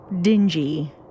dingy